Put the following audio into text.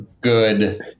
Good